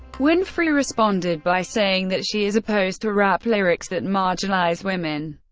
winfrey responded by saying that she is opposed to rap lyrics that marginalize women,